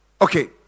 okay